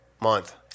month